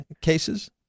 cases